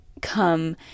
come